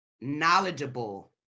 knowledgeable